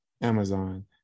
Amazon